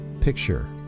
picture